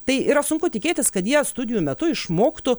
tai yra sunku tikėtis kad jie studijų metu išmoktų